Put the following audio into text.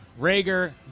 Rager